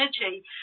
energy